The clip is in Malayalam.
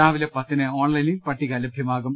രാവിലെ പത്തിന് ഓൺലൈനിൽ പട്ടിക ലഭ്യമാകും